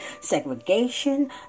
segregation